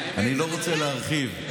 אני לא רוצה להרחיב.